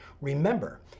Remember